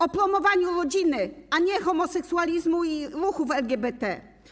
O promowaniu rodziny, a nie homoseksualizmu i ruchów LGBT.